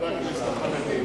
לחברי הכנסת החרדים,